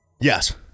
Yes